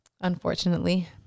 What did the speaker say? Unfortunately